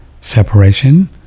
separation